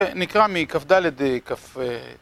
נקרא מכ״ד, אה, כ׳, אה...